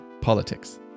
politics